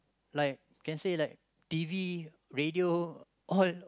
like can say like T_V radio all